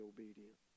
obedient